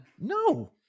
No